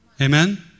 Amen